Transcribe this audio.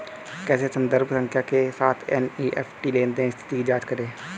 कैसे संदर्भ संख्या के साथ एन.ई.एफ.टी लेनदेन स्थिति की जांच करें?